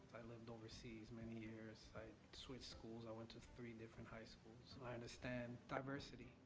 i lived overseas many years, i switched schools, i went to three different high schools, so i understand diversity,